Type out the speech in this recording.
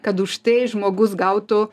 kad už tai žmogus gautų